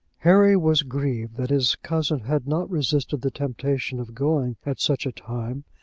harry was grieved that his cousin had not resisted the temptation of going at such a time,